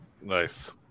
nice